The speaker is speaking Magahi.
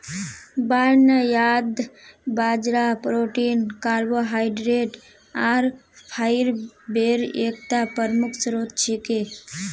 बार्नयार्ड बाजरा प्रोटीन कार्बोहाइड्रेट आर फाईब्रेर एकता प्रमुख स्रोत छिके